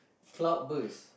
cloud burst